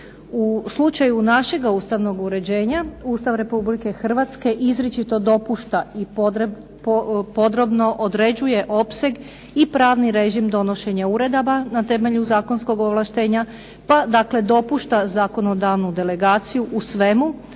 U slučaju našega ustavnog uređenja Ustav Republike Hrvatske izričito dopušta i podrobno određuje opseg i pravni režim donošenjem uredaba na temelju zakonskog ovlaštenja, pa dakle dopušta zakonodavnu delegaciju u svemu,